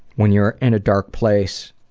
when you're in a dark place